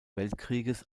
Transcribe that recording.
weltkriegs